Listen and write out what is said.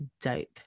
dope